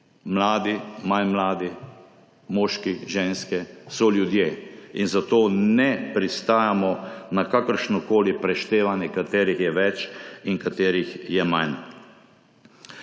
Mladi, manj mladi, moški, ženske. So ljudje. In zato ne pristajamo na kakršnokoli preštevanje, katerih je več in katerih je manj.